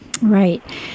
Right